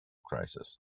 crisis